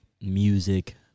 music